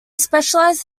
specialises